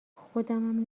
خودمم